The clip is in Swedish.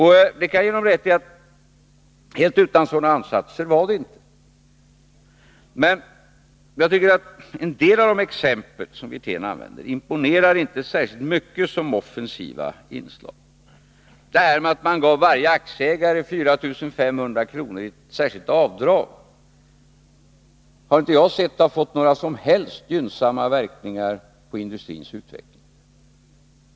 Jag kan ge honom rätt i att helt utan sådana ansatser var den inte, men en del av det som Rolf Wirtén nämnde imponerar inte särskilt mycket som exempel på offensiva inslag. Att man t.ex. gav varje aktieägare 4 500 kr. i särskilt avdrag har inte efter vad jag har sett medfört några som helst gynnsamma verkningar på industrins utveckling.